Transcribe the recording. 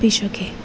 આપી શકે